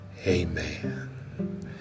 Amen